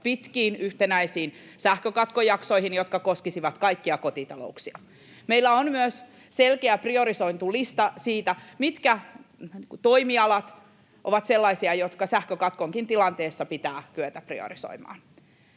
pitkiin yhtenäisiin sähkökatkojaksoihin, jotka koskisivat kaikkia kotitalouksia. Meillä on myös selkeä priorisointilista siitä, mitkä toimialat ovat sellaisia, jotka sähkökatkonkin tilanteessa pitää kyetä priorisoimaan.